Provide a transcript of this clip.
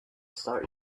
start